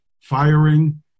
firing